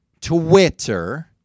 Twitter